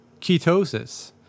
ketosis